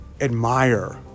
admire